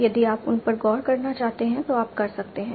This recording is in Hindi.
यदि आप उन पर गौर करना चाहते हैं तो आप कर सकते हैं